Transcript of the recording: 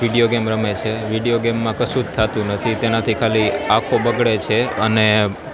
video game રમે છે video ગેમમાં કશું જ થાતું નથી તેનાથી ખાલી આંખો બગડે છે અને